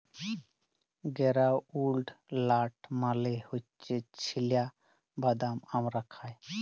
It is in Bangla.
গেরাউলড লাট মালে হছে চিলা বাদাম আমরা খায়